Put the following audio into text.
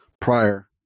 prior